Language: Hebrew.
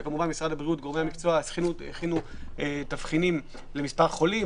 גורמי המקצוע במשרד הבריאות הכינו תבחינים למספר חולים,